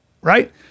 right